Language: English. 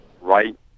right